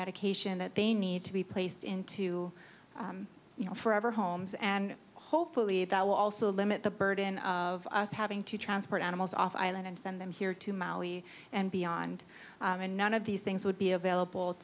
medication that they need to be placed into you know forever homes and hopefully that will also limit the burden of having to transport animals off island and send them here to maui and beyond and none of these things would be available